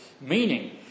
meaning